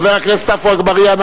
חבר הכנסת עפו אגבאריה,